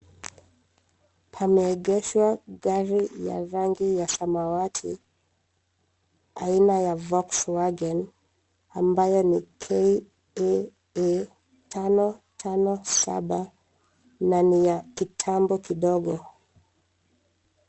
Pameegeshwa gari ya rangi ya samawati aina ya Volkswagen ambayo ni KAA 557 na ni ya kitambo kidogo.